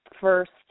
first